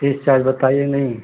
fees charge बताइए नहीं